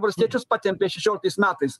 valstiečius patempė šešioliktais metais